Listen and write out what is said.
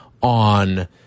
on